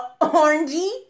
orangey